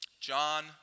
John